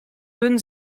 würden